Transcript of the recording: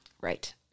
right